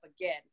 again